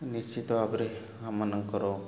ନିଶ୍ଚିତ ଭାବରେ ଆମମାନଙ୍କର